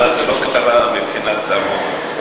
אבל זה לא קרה מבחינת ארנונה.